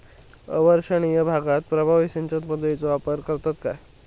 अवर्षणिय भागात प्रभावी सिंचन पद्धतीचो वापर करतत काय?